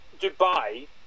Dubai